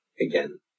again